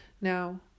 Now